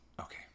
Okay